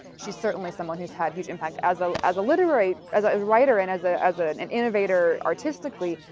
she's certainly someone who has had huge impact. as ah as a literary, as a writer and as ah as ah an an innovator artistically,